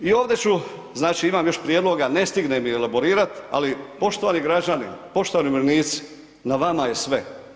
I ovdje ću znači, imam još prijedloga, ne stignem ih elaborirat ali poštovani građani, poštovani umirovljenici, na vama je sve.